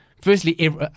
firstly